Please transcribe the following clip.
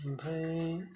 ओमफ्राय